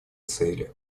цели